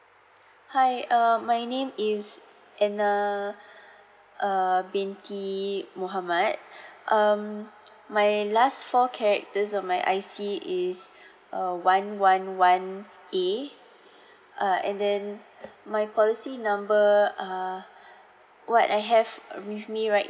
hi uh my name is anna uh binte mohamad um my last four characters of my I_C is uh one one one A uh and then my policy number err what I have with me right